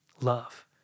love